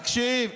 תקשיב.